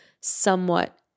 somewhat